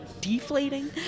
Deflating